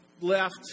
left